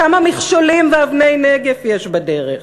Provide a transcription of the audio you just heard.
כמה מכשולים ואבני נגף יש בדרך.